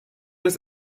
des